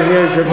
אדוני היושב-ראש,